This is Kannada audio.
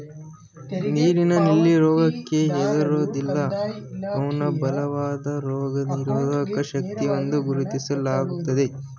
ನೀರಿನ ಲಿಲ್ಲಿ ರೋಗಕ್ಕೆ ಹೆದರೋದಿಲ್ಲ ಅವ್ನ ಬಲವಾದ ರೋಗನಿರೋಧಕ ಶಕ್ತಿಯೆಂದು ಗುರುತಿಸ್ಲಾಗ್ತದೆ